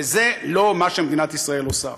וזה לא מה שמדינת ישראל עושה.